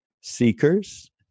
seekers